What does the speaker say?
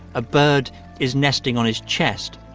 a bird is nesting on his chest.